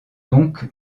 donc